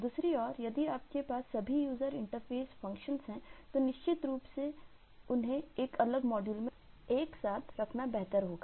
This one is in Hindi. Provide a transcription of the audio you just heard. दूसरी ओर यदि आपके पास सभी यूजर इंटरफ़ेस फ़ंक्शंस हैं तो निश्चित रूप से उन्हें एक अलग मॉड्यूल में एक साथ रखना बेहतर होगा